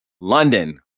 london